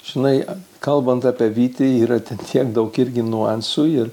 žinai kalbant apie vytį yra ten tiek daug irgi niuansų ir